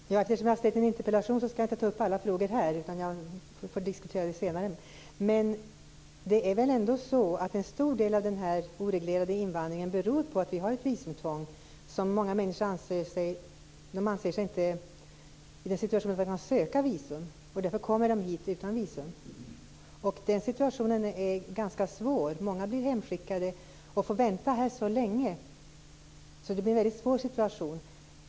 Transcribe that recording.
Fru talman! Eftersom jag framställt en interpellation skall jag inte ta upp alla frågor nu utan får diskutera dem senare. Det är väl ändå så att en stor del av den oreglerade invandringen i Sverige beror på att vi har visumtvång. Många människor anser sig inte vara i en situation att kunna söka visum. Därför kommer de hit utan visum. Den situationen är ganska svår. Många blir hemskickade och får vänta här så länge att det blir en väldigt svår situation.